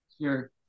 Sure